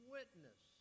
Witness